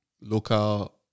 local